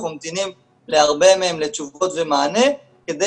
אנחנו ממתינים מהרבה מהם לתשובות ולמענה כדי